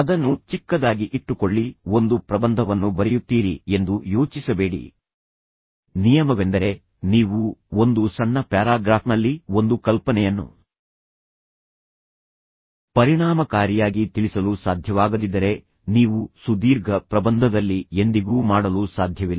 ಅದನ್ನು ಚಿಕ್ಕದಾಗಿ ಇಟ್ಟುಕೊಳ್ಳಿ ಒಂದು ಪ್ರಬಂಧವನ್ನು ಬರೆಯುತ್ತೀರಿ ಎಂದು ಯೋಚಿಸಬೇಡಿ ನಿಯಮವೆಂದರೆ ನೀವು ಒಂದು ಸಣ್ಣ ಪ್ಯಾರಾಗ್ರಾಫ್ನಲ್ಲಿ ಒಂದು ಕಲ್ಪನೆಯನ್ನು ಪರಿಣಾಮಕಾರಿಯಾಗಿ ತಿಳಿಸಲು ಸಾಧ್ಯವಾಗದಿದ್ದರೆ ನೀವು ಸುದೀರ್ಘ ಪ್ರಬಂಧದಲ್ಲಿ ಎಂದಿಗೂ ಮಾಡಲು ಸಾಧ್ಯವಿಲ್ಲ